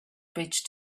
bridge